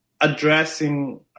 addressing